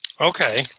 Okay